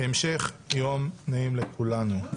המשך יום נעים לכולנו.